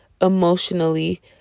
emotionally